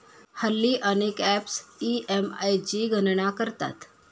हल्ली अनेक apps EMI ची गणना करतात